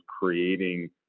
creating